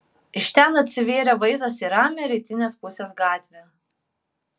iš ten atsivėrė vaizdas į ramią rytinės pusės gatvę